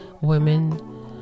Women